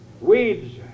Weeds